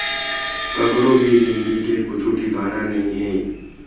कखरो भी जिनगी के कुछु ठिकाना नइ हे